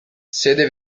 sede